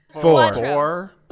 four